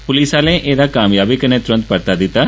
police आहले एहदा कामयाबी कन्ने तुरत परता दित्ता